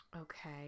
Okay